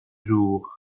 jour